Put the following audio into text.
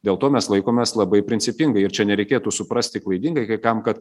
dėl to mes laikomės labai principingai ir čia nereikėtų suprasti klaidingai kai kam kad